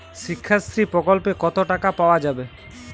শিক্ষাশ্রী প্রকল্পে কতো টাকা পাওয়া যাবে?